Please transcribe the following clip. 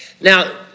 Now